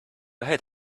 ahead